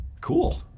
Cool